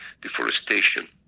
deforestation